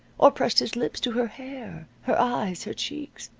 or pressed his lips to her hair, her eyes, her cheeks.